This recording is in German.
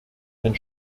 ein